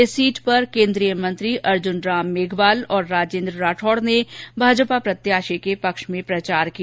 इस सीट पर केंद्रीय मंत्री अर्जुन राम मेघवाल तथा राजेंद्र राठौड़ ने भाजपा प्रत्याशी के पक्ष में प्रचार किया